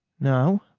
no,